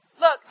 look